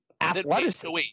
athleticism